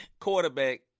quarterback